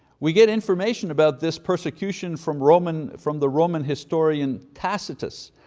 we get information about this persecution from roman, from the roman historian tacitus,